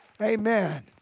Amen